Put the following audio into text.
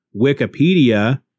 Wikipedia